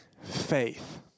faith